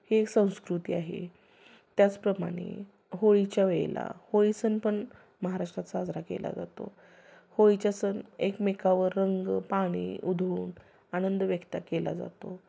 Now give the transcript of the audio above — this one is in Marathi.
हे संस्कृती आहे त्याचप्रमाणे होळीच्या वेळेला होळी सण पण महाराष्ट्रात साजरा केला जातो होळीच्या सण एकमेकावर रंग पाणी उधळून आनंद व्यक्त केला जातो